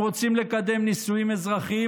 הם רוצים לקדם נישואים אזרחיים.